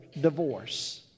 divorce